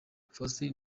faustin